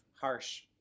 harsh